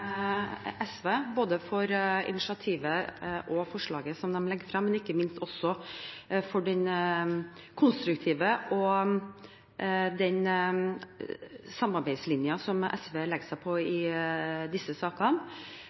for både initiativet og forslaget som de legger frem, og, ikke minst, for den konstruktive samarbeidslinjen som SV legger seg på i disse sakene.